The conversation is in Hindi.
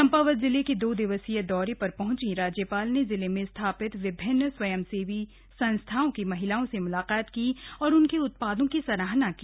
चम्पावत जिले के दो दिवसीय दौरे पर पहुंचीं राज्यपाल ने जिले में स्थापित विभिन्न स्वयंसेवी संस्थाओं की महिलाओं से मुलाकात की और उनके उत्पादों की सराहना की